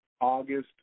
August